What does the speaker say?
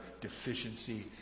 deficiency